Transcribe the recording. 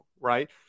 right